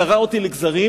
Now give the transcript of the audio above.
קרע אותי לגזרים,